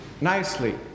nicely